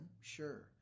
sure